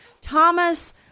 Thomas